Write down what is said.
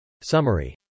Summary